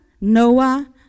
Noah